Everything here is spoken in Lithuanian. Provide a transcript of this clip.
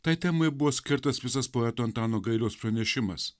tai temai buvo skirtas visas poeto antano gailiaus pranešimas